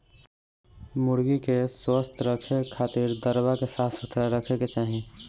मुर्गी के स्वस्थ रखे खातिर दरबा के साफ सुथरा रखे के चाही